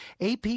AP